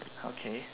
okay